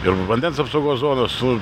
ir vandens apsaugos zonos su